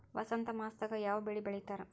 ವಸಂತ ಮಾಸದಾಗ್ ಯಾವ ಬೆಳಿ ಬೆಳಿತಾರ?